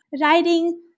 writing